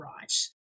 right